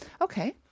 Okay